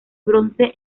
bronce